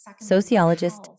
sociologist